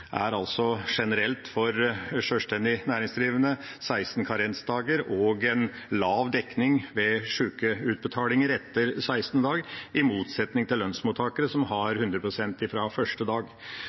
generelt for sjølstendig næringsdrivende er 16 karensdager og lav dekning ved sjukeutbetalinger etter 16. dag, i motsetning til lønnsmottakere som har 100 pst. fra første dag.